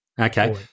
Okay